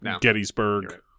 gettysburg